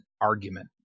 argument